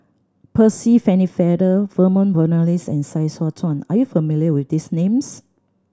Percy Pennefather Vernon Cornelius and Sai Hua Kuan are you familiar with these names